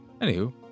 Anywho